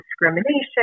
discrimination